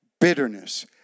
bitterness